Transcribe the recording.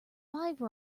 five